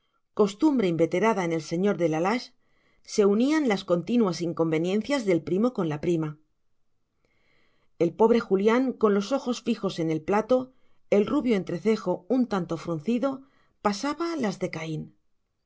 siempre sobre materias nada pulcras ni bien olientes costumbre inveterada en el señor de la lage se unían las continuas inconveniencias del primo con la prima el pobre julián con los ojos fijos en el plato el rubio entrecejo un tanto fruncido pasaba las